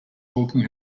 walking